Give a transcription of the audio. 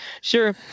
Sure